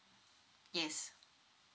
yes